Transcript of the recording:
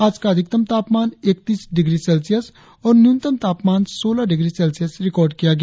आज का अधिकतम तापमान एकतीस डिग्री सेल्सियस और न्यूनतम तापमान सोलह डिग्री सेल्सियस रिकार्ड किया गया